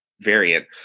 variant